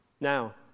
Now